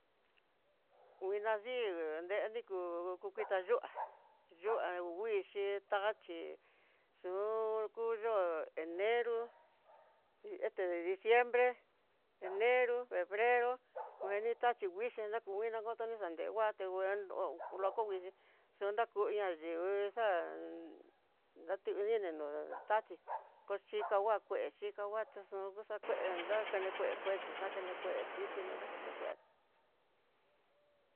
Nguena dii nreni kú, kukuita yuá yuá nguixhii táchii, xunku yo'ó enero este de diembre, enero febrero mini tachí nguixhii naku nguina kota ni xa ne ngua te nguendo loco nguixhí xon na ku ihá, yuú nguixaá datunini nenu tachí kochika kua kué, xhikangua te xun kuxa kué dakane kué kuéchi, nakenekué kitinro dakane kué.